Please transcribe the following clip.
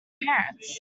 parents